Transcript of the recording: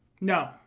No